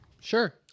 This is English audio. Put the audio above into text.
Sure